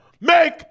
Make